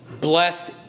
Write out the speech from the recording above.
blessed